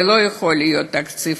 ולא יכול להיות תקציב,